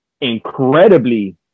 incredibly